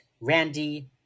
Randy